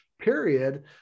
period